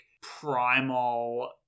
primal